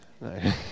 no